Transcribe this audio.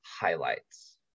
highlights